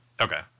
Okay